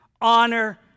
Honor